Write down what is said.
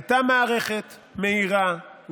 הייתה מערכת מהירה,